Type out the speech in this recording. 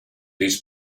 his